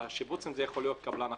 השיפוץ יכול להיות עם קבלן אחר.